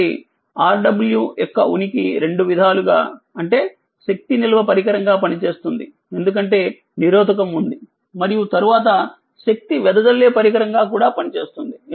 కాబట్టి Rw యొక్క ఉనికి రెండు విధాలుగా అంటే శక్తి నిల్వ పరికరంగా చేస్తుంది ఎందుకంటే నిరోధకము ఉంది మరియు తరువాత శక్తి వెదజల్లే పరికరంగా కూడా చేస్తుంది